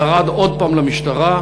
ירד עוד פעם למשטרה,